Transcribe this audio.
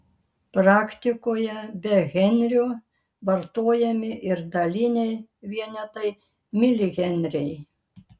praktikoje be henrio vartojami ir daliniai vienetai milihenriai